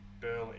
Burley